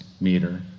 meter